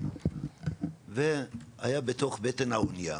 הוא היה בתוך בטן האנייה